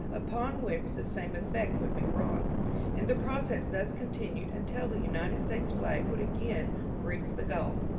upon which the same effect would be wrought and the process thus continued until the united states flag would again reach the gulf.